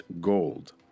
gold